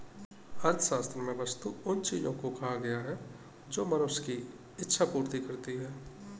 अर्थशास्त्र में वस्तु उन चीजों को कहा गया है जो मनुष्य की इक्षा पूर्ति करती हैं